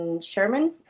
Sherman